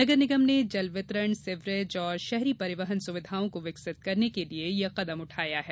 नगर निगम ने जल वितरण सीवरेज और शहरी परिवहन सुविधाओं को विकसित करने के लिए ये कदम उठाया है